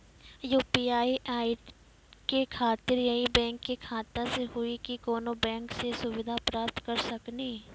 UPI के खातिर यही बैंक के खाता से हुई की कोनो बैंक से सुविधा प्राप्त करऽ सकनी?